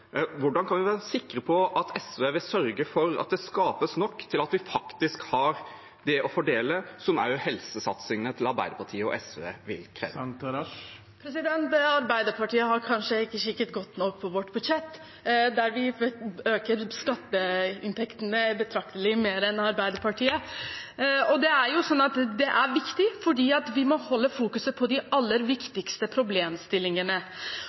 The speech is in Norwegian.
Hvordan kan vi være sikre på at SV vil sørge for at det skapes nok til at vi har det å fordele som helsesatsingene til Arbeiderpartiet og SV vil kreve? Arbeiderpartiet har kanskje ikke kikket godt nok på vårt budsjett, der vi øker skatteinntektene betraktelig mer enn det Arbeiderpartiet gjør. Det er viktig, fordi vi må fokusere på de aller viktigste problemstillingene.